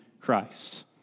Christ